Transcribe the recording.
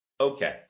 Okay